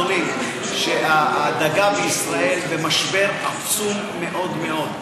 אדוני, שהדגה בישראל במשבר עצום מאוד מאוד.